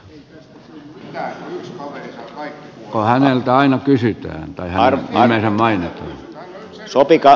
kun häneltä aina kysytään tai hänen nimensä mainitaan